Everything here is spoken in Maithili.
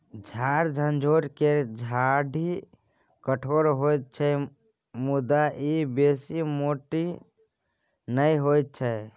झार झंखोर केर डाढ़ि कठोर होइत छै मुदा ई बेसी मोट नहि होइत छै